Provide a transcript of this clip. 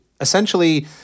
essentially